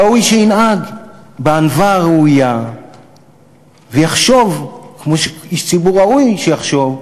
ראוי שינהג בענווה הראויה ויחשוב כמו שאיש ציבור ראוי שיחשוב,